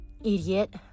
Idiot